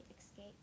escape